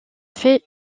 fait